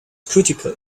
critical